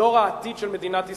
דור העתיד של מדינת ישראל,